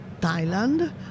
Thailand